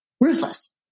Ruthless